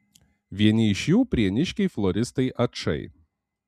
vieni iš jų prieniškiai floristai ačai